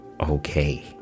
okay